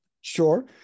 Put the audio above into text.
Sure